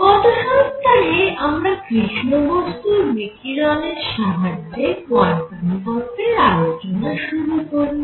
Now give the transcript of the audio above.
গত সপ্তাহে আমরা কৃষ্ণ বস্তুর বিকিরণের সাহায্যে কোয়ান্টাম তত্ত্বের আলোচনা শুরু করি